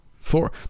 four